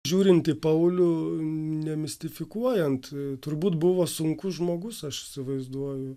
žiūrintį į paulių nemistifikuojant turbūt buvo sunkus žmogus aš įsivaizduoju